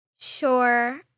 Sure